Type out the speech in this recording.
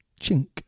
chink